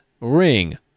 ring